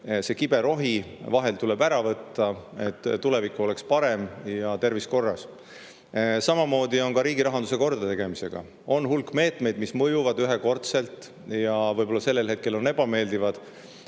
see kibe rohi tuleb vahel ära võtta, et tulevik oleks parem ja tervis korras. Samamoodi on riigi rahanduse kordategemisega. On hulk meetmeid, mis mõjuvad ühekordselt ja võivad olla sellel hetkel ebameeldivad,